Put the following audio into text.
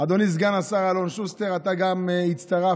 אדוני סגן השר אלון שוסטר, אתה גם הצטרפת